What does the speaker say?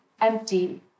empty